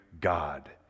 God